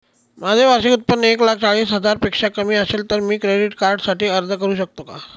माझे वार्षिक उत्त्पन्न एक लाख चाळीस हजार पेक्षा कमी असेल तर मी क्रेडिट कार्डसाठी अर्ज करु शकतो का?